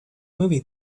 movie